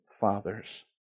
fathers